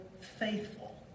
faithful